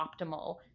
optimal